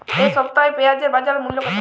এ সপ্তাহে পেঁয়াজের বাজার মূল্য কত?